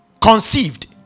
conceived